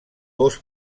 dos